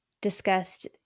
discussed